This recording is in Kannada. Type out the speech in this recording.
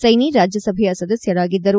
ಸೈನಿ ರಾಜ್ಯಸಭೆಯ ಸದಸ್ಯರಾಗಿದ್ದರು